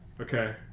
Okay